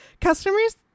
Customers